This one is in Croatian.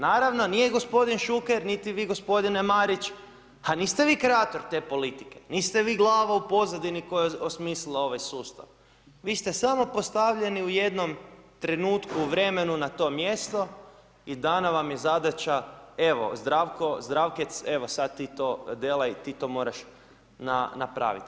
Naravno nije gospodin Šuker, niti vi gospodine Marić a niste vi kreator te politike, niste vi glava u pozadini koja je osmislila ovaj sustav, vi ste samo postavljeni u jednom trenutku, vremenu na to mjesto i dana vam je zadaća evo Zdravko, Zdravkec evo sad ti to delaj ti to moraš napraviti.